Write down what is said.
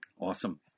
Awesome